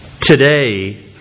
today